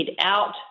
out